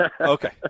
Okay